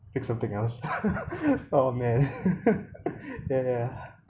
it's something else oh man ya ya